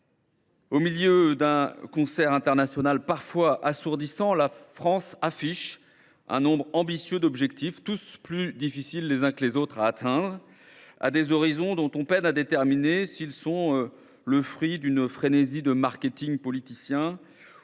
Au milieu d’un concert international parfois assourdissant, la France affiche un nombre ambitieux d’objectifs, tous plus difficiles à atteindre les uns que les autres, à des horizons dont on peine à déterminer s’ils procèdent d’une frénésie de marketing politicien ou d’une course